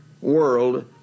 world